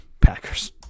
Packers